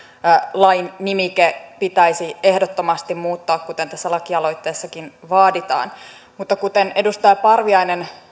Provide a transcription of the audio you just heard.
lain nimike pitäisi ehdottomasti muuttaa kuten tässä lakialoitteessakin vaaditaan mutta kuten edustaja parviainen